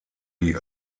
die